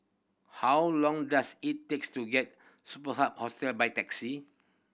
how long does it takes to get Superb Hostel by taxi